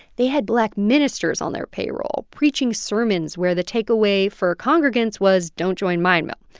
they had black ministers on their payroll, preaching sermons where the takeaway for congregants was, don't join mine mill.